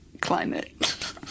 climate